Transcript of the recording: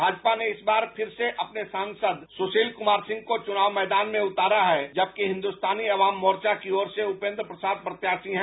भाजपा ने इस बार फिर से अपने सांसद सुशील कुमार सिंह को चुनाव मैदान में उतारा है जबकि हिंदुस्तानी आवाम मोर्चा की ओर से उपेंद्र प्रसाद प्रत्याशी हैं